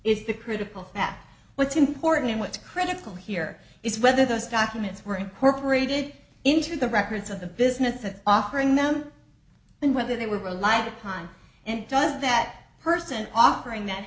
is the critical fact what's important and what's critical here is whether those documents were incorporated into the records of the business of offering them and whether they were alive time and does that person offering that